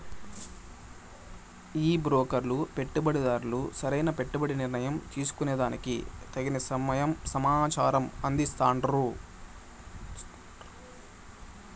ఈ బ్రోకర్లు పెట్టుబడిదార్లు సరైన పెట్టుబడి నిర్ణయం తీసుకునే దానికి తగిన సమాచారం అందిస్తాండారు